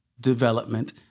development